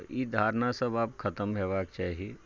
तऽ इ धारणा सभ आब खतम होयबाके चाही